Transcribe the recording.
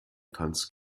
tanzt